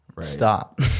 stop